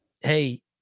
Hey